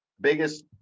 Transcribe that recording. biggest